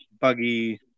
buggy